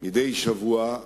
מדי שבוע,